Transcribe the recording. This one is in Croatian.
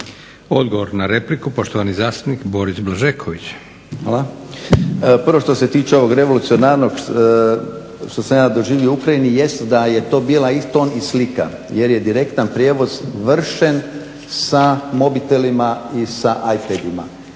Odgovor na repliku poštovani zastupnik Boris Blažeković. **Blažeković, Boris (HNS)** Hvala. Prvo što se tiče ovog revolucionarnog što sam ja doživio u Ukrajini jest da je to bila i ton i slika jer je direktan prijenos vršen sa mobitelima i sa i-pod.